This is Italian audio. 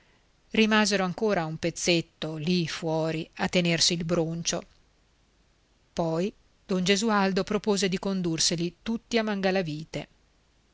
rimasero ancora un pezzetto lì fuori a tenersi il broncio poi don gesualdo propose di condurseli tutti a mangalavite